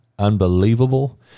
unbelievable